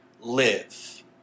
live